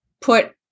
put